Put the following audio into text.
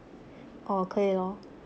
orh 可以 lor